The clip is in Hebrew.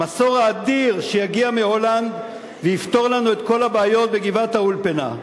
המסור האדיר שיגיע מהולנד ויפתור לנו את כל הבעיות בגבעת-האולפנה.